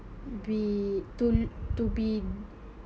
be to to be